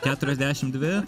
keturiasdešim dvi